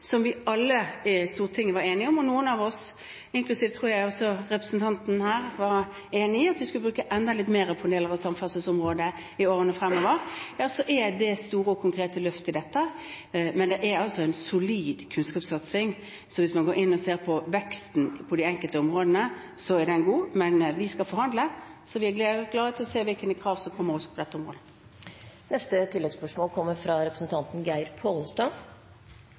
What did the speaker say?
alle i Stortinget var enige om. Og noen av oss, inklusiv representanten her, tror jeg, var enige om at vi skulle bruke enda litt mer på deler av samferdselsområdet i årene fremover. Dette er store og konkrete løft, men det er altså en solid kunnskapssatsing. Hvis man går inn og ser på veksten på de enkelte områdene, er den god. Men vi skal forhandle, så vi er klare for å se hvilke krav som kommer også på dette området.